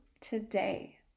today